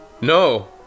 No